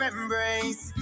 Embrace